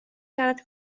siarad